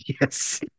Yes